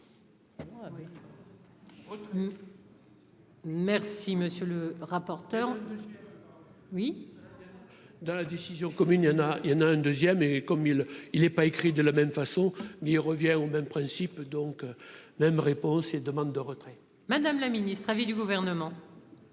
Merci, monsieur le rapporteur oui. Dans la décision commune, il y en a, il y en a un deuxième et comme il il est pas écrit de la même façon, il revient au même principe donc, même réponse et demande de retrait. Madame la ministre, avis du gouvernement.